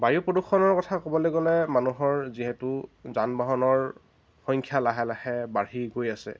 বায়ু প্ৰদূষণৰ কথা ক'বলৈ গ'লে মানুহৰ যিহেতু যান বাহনৰ সংখ্যা লাহে লাহে বাঢ়ি গৈ আছে